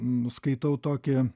skaitau tokį